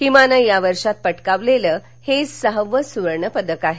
हिमानं या वर्षात पटकावलेलं हे सहावं सुवर्णपदक आहे